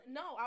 no